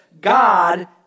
God